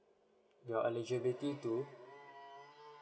you're eligibility to